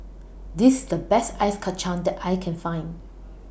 This The Best Ice Kacang that I Can Find